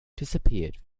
disappeared